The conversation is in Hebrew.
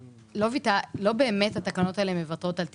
התקנות האלה לא באמת מוותרות על תקרה.